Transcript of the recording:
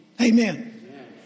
Amen